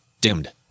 Dimmed